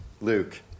Luke